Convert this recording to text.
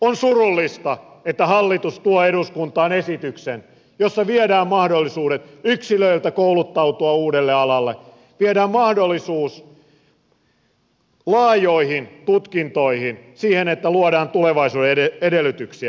on surullista että hallitus tuo eduskuntaan esityksen jossa viedään mahdollisuudet yksilöiltä kouluttautua uudelle alalle viedään mahdollisuus laajoihin tutkintoihin siihen että luodaan tulevaisuuden edellytyksiä